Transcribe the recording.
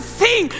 see